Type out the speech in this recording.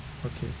okay